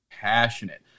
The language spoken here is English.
passionate